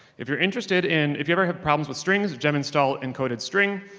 if you're interested in, if you've ever had problems with strings, of gen install encoded string,